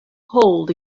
hold